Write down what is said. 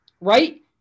right